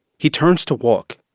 he turns to walk,